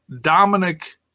dominic